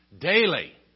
daily